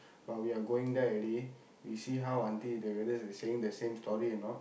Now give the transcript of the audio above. but we are going there already we see how auntie whether they saying the same story or not